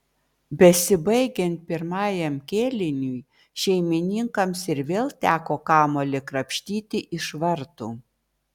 besibaigiant pirmajam kėliniui šeimininkams ir vėl teko kamuolį krapštyti iš vartų